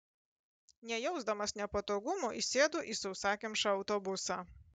nejausdamas nepatogumų įsėdu į sausakimšą autobusą